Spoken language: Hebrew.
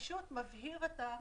זה פשוט מבהיר את הסעיף.